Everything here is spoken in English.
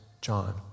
John